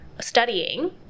studying